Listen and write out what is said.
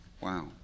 Wow